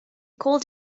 called